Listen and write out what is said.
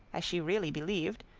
as she really believed,